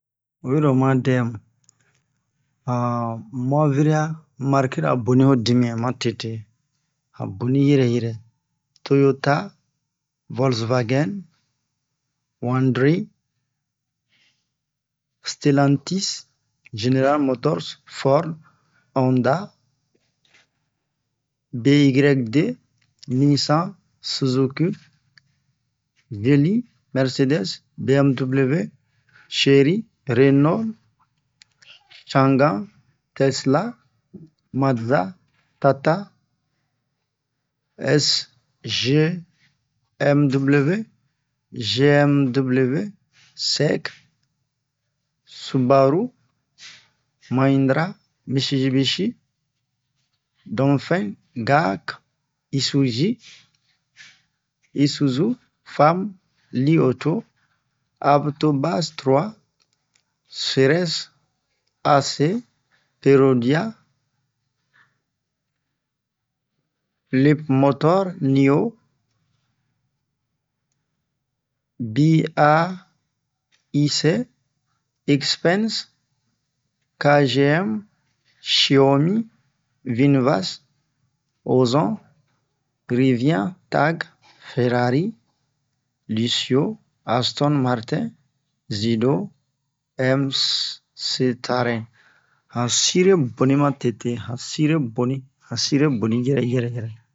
Oyiro oma dɛmu han mɔviriya marikira boni ho dimiyan matete han boni yɛrɛ yɛrɛ Toyota Volsvagen Hyundri Stelentis General Motors Ford Honda BYD Nissan Suzuki Geli Mercedes BMWV Cherry Rennaul Shanga Tesla Malza Tata SGMW GMW Sek Subaru Mayindra Misibishi Donfen Gak Isuzi Isuzu Fam LiAuto Abtobass III Seresse Ase Perodia LibMotor Niyo BIAIC Xpense KGM Chiomi Vinvace Ozon Riviyan Tag Ferrari Luxio AstonMartin Zido Mctarin han sire boni matete han sire boni han sire boni yɛrɛ yɛrɛ